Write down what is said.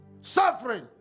suffering